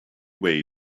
way